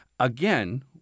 Again